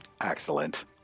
Excellent